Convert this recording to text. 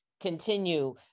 continue